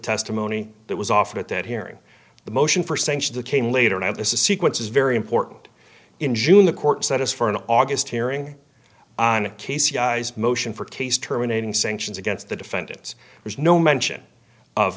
testimony that was offered at that hearing the motion for sanctions came later and this is sequences very important in june the court said is for an august hearing on a case you guys motion for case terminating sanctions against the defendants there's no mention of